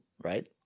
right